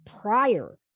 prior